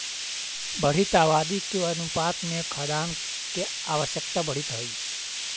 बढ़ीत आबादी के अनुपात में खाद्यान्न के आवश्यकता बढ़ीत हई